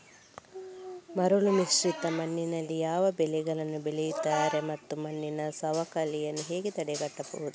ಮರಳುಮಿಶ್ರಿತ ಮಣ್ಣಿನಲ್ಲಿ ಯಾವ ಬೆಳೆಗಳನ್ನು ಬೆಳೆಯುತ್ತಾರೆ ಮತ್ತು ಮಣ್ಣಿನ ಸವಕಳಿಯನ್ನು ಹೇಗೆ ತಡೆಗಟ್ಟಬಹುದು?